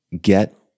get